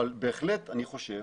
אבל, בהחלט אני חושב